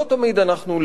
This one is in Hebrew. לא תמיד אנחנו,